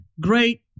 great